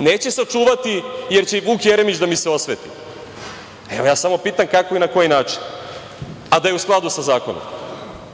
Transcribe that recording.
neće sačuvati jer će Vuk Jeremić da mi se osveti. Samo pitam – kako i na koji način, a da je u skladu sa zakonom? Mnogo